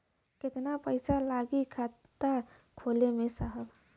कितना पइसा लागि खाता खोले में साहब?